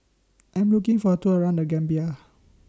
I Am looking For A Tour around The Gambia